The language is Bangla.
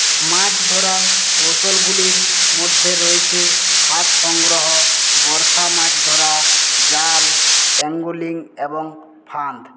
মাছ ধরার কৌশলগুলির মধ্যে রয়েছে হাড় সংগ্রহ বর্শা মাছ ধরা জাল অ্যাঙ্গলিং এবং ফাঁদ